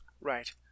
Right